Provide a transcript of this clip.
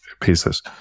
pieces